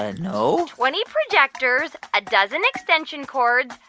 ah no twenty projectors, a dozen extension cords,